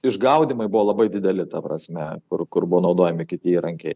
išgaudymai buvo labai dideli ta prasme kur kur buvo naudojami kiti įrankiai